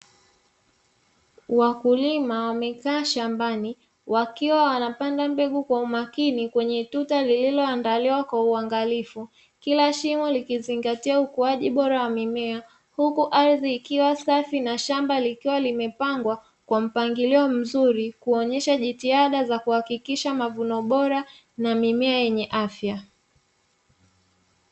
Wakulima wamekaa shambani, wakiwa wanapanda mbegu kwa umakini kwenye tuta lililoandaliwa kwa uangalifu, kila shimo likizingatia ukuaji bora wa mimea m, huku ardhi ikiwa safi na shamba likiwa limepangwa kwa mpangilio mzuri kuonyesha jitihada za kuhakikisha mavuno bora na mimea yenye afya.